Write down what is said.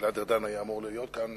גלעד ארדן היה אמור להיות כאן,